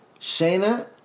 Shayna